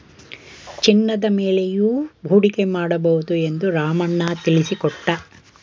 ಚಿನ್ನದ ಮೇಲೆಯೂ ಹೂಡಿಕೆ ಮಾಡಬಹುದು ಎಂದು ರಾಮಣ್ಣ ತಿಳಿಸಿಕೊಟ್ಟ